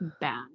bad